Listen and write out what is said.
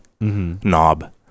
knob